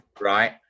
Right